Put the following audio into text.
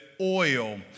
oil